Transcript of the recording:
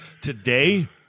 Today